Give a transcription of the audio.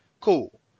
Cool